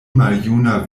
maljuna